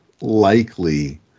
likely